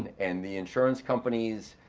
and and the insurance companies,